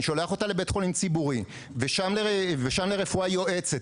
שולח אותה לבית חולים ציבורי ושם לרפואה יועצת,